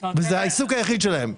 במידה וזה העיסוק היחיד שלהם?